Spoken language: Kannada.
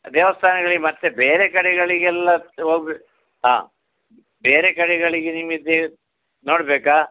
ದೇವಸ್ಥಾನಗಳಿಗೆ ಮತ್ತೆ ಬೇರೆ ಕಡೆಗಳಿಗೆಲ್ಲ ಹೋಗ್ಬೇಕ್ ಹಾಂ ಬೇರೆ ಕಡೆಗಳಿಗೆ ನಿಮಗೆ ಬೇಕ ನೋಡಬೇಕಾ